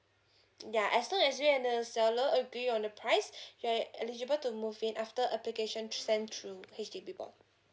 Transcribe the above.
yeah as long as you and the seller agree on the price you are eligible to move in after application send through H_D_B board